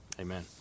Amen